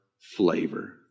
flavor